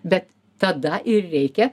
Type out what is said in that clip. bet tada ir reikia